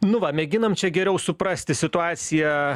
nu va mėginam čia geriau suprasti situaciją